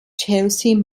chelsea